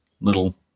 little